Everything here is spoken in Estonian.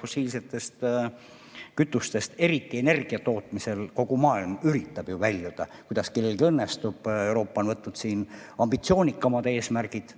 Fossiilsetest kütustest, eriti energia tootmisel, kogu maailm üritab ju väljuda, kuidas kellelgi õnnestub. Euroopa on võtnud siin ambitsioonikamad eesmärgid.